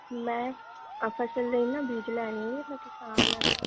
ਮੈਂ ਮੈਂ ਕਿਸਾਨ ਹੈਗਾ